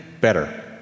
better